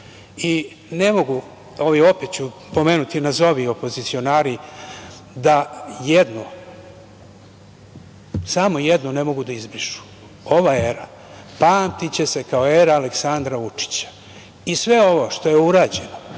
mogu, a opet ću pomenuti opozicionari, da jedno, samo jedno ne mogu da izbrišu, ova era pamtiće se kao era Aleksandra Vučića, i sve ovo što je urađeno